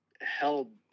held